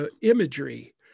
imagery